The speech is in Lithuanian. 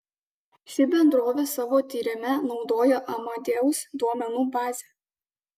ši bendrovė savo tyrime naudojo amadeus duomenų bazę